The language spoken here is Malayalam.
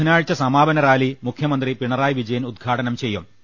ബുധനാഴ്ച സമാപനറാലി മുഖ്യമന്ത്രി പിണറായി വിജയൻ ഉദ്ഘാടനം ചെയ്യും